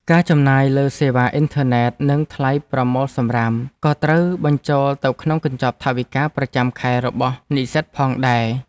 ការចំណាយលើសេវាអ៊ីនធឺណិតនិងថ្លៃប្រមូលសំរាមក៏ត្រូវបញ្ចូលទៅក្នុងកញ្ចប់ថវិកាប្រចាំខែរបស់និស្សិតផងដែរ។